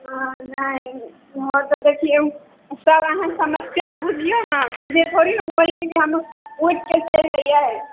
हाँ नहि हाँ तऽ देखिऔ सभ अहाँ समस्या बुझिऔ ने ऽ सीधे थोड़ी ने होइके जे हम उठिके चलि अइयै